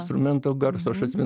instrumento garso aš atsimenu